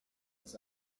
his